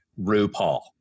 RuPaul